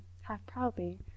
half-proudly